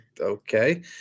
okay